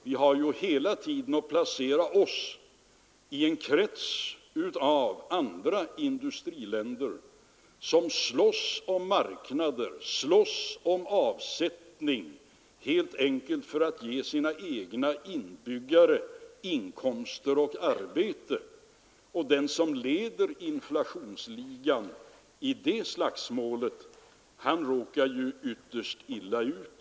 Vi har hela tiden att placera oss i en krets av andra industriländer som slåss om marknader och avsättning helt enkelt för att ge sina egna inbyggare inkomster och arbete. Den som i det slagsmålet leder inflationsligan råkar ytterst illa ut.